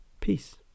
peace